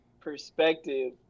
perspective